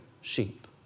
sheep